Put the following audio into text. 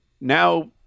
now